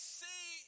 see